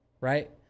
Right